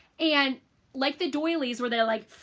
and like the doilies where they're like,